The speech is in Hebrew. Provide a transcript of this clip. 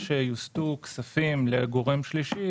שיוסטו כספים לגורם שלישי,